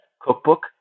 cookbook